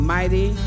Mighty